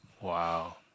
Wow